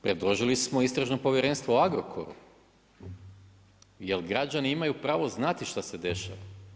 Predložili smo istražno povjerenstvo o Agrokoru, jel građani imaju pravo znati šta se dešava.